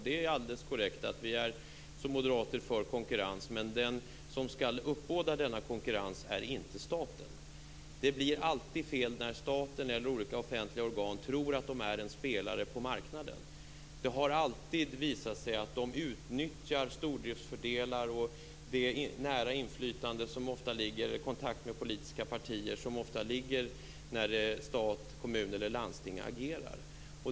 Det är alldeles korrekt att vi moderater är för konkurrens, men den som skall uppbåda denna konkurrens är inte staten. Det blir alltid fel när staten eller olika offentliga organ tror sig vara en spelare på marknaden. Det har alltid visat sig att man utnyttjar stordriftsfördelar och den nära kontakt med politiska partier som ofta föreligger när stat, kommun eller landsting agerar.